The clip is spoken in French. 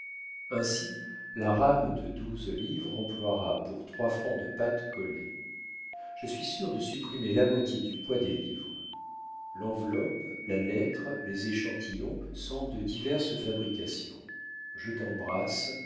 ainsi la rame de douze livres emploiera pour trois francs de pâte collée je suis sûr de supprimer la moitié du poids des livres l'enveloppe la lettre les échantillons sont de diverses fabrications je t'embrasse